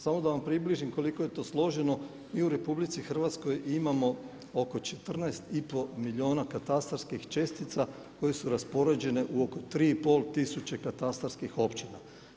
Samo da vam približim koliko je to složeno i u RH imamo oko 14,5 milijuna katastarskih čestica koje su raspoređene u oko 3,5 tisuće katastarskih općina.